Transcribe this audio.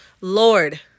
lord